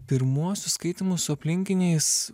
pirmuosius skaitymus su aplinkiniais